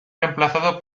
reemplazado